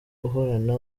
uhorana